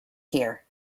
here